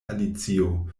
alicio